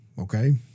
okay